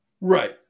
Right